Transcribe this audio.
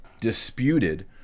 disputed